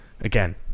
again